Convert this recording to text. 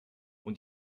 und